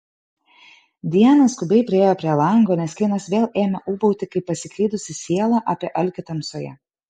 diana skubiai priėjo prie lango nes keinas vėl ėmė ūbauti kaip pasiklydusi siela apie alkį tamsoje